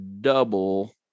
double